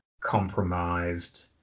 compromised